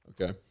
okay